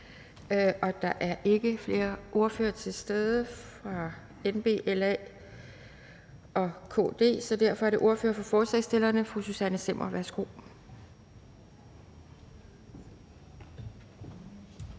og der er ikke nogen ordførere til stede fra NB, LA eller KD, så derfor er det ordføreren for forslagsstillerne, fru Susanne Zimmer. Værsgo.